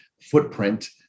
footprint